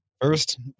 First